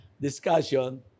discussion